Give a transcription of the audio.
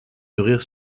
mûrir